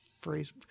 phrase